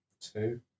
Two